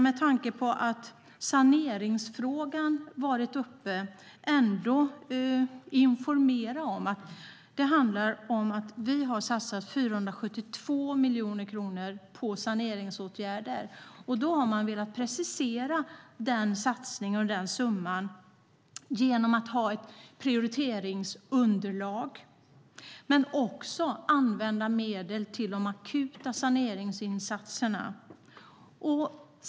Med tanke på att saneringsfrågan har varit uppe skulle jag vilja informera om att vi har satsat 472 miljoner kronor på saneringsåtgärder. Då har man velat precisera den satsningen och den summan genom att ha ett prioriteringsunderlag men också använda medel till de akuta saneringsinsatserna.